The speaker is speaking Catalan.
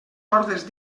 hordes